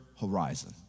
horizon